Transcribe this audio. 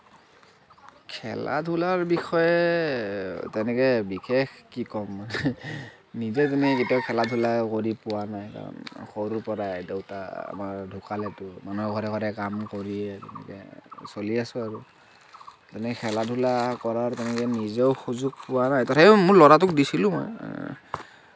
খেলা ধূলাৰ বিষয়ে তেনেকে বিশেষ কি ক'ম নিজে তেনেকে কেতিয়াও খেলা ধূলা কৰি পোৱা নাই সৰু পৰাই দেউতা আমাৰ ঢুকালেতো মানুহৰ ঘৰে ঘৰে কাম কৰিয়েই চলি আছোঁ আৰু মানে খেলা ধূলা কৰাৰ নিজেও সুযোগ পোৱা নাই তথাপিও মোৰ ল'ৰাটোক দিছিলোঁ